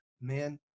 man